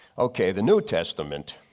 okay, the new testament.